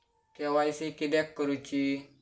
KYC किदयाक करूची?